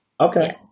Okay